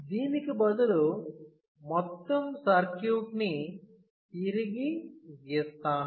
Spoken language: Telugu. దీనికి బదులు మొత్తం సర్క్యూట్ ని తిరిగి గీస్తాను